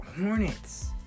Hornets